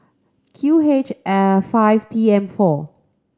Q H five T M four